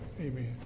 amen